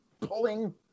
pulling